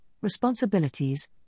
responsibilities